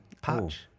Patch